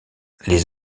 les